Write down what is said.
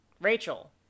Rachel